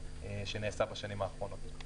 שנעשה בשנים האחרונות.